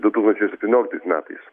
du tūkstančiai septynioliktais metais